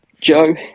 Joe